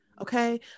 Okay